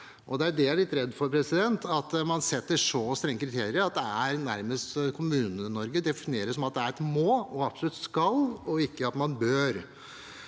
Det er det jeg er litt redd for, at man setter så strenge kriterier at det nærmest for Kommune-Norge defineres som at det er et «må» og et absolutt «skal» og ikke at man «bør».